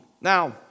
Now